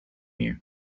you